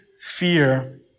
fear